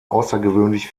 außergewöhnlich